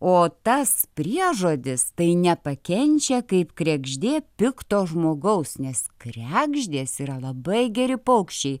o tas priežodis tai nepakenčia kaip kregždė pikto žmogaus nes kregždės yra labai geri paukščiai